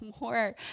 more